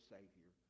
Savior